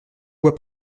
bois